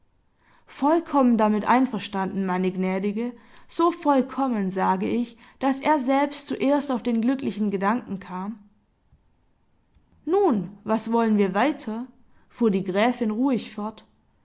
vollkommen damit einverstanden meine gnädige so vollkommen sage ich daß er selbst zuerst auf den glücklichen gedanken kam nun was wollen wir weiter fuhr die gräfin ruhig fort